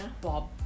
Bob